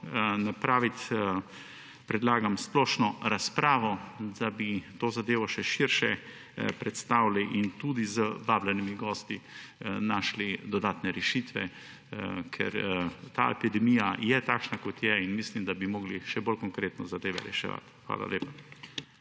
smiselno predlagati splošno razpravo, da bi to zadevo še širše predstavili in tudi z vabljenimi gosti našli dodatne rešitve. Ker ta epidemija je takšna, kot je, in mislim, da bi morali še bolj konkretno zadeve reševati. Hvala lepa.